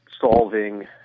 solving